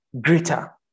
greater